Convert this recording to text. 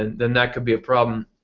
and then that could be a problem.